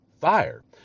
fire